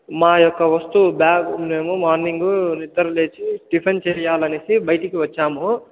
మా యొక్క వస్తువు బ్యాగ్ మేము మార్నింగ్ నిద్ర లేచి టిఫిన్ చెయ్యాలనేసి బయటికి వచ్చాము